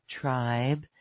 tribe